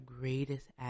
greatest